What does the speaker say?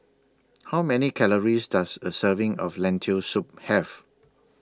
How Many Calories Does A Serving of Lentil Soup Have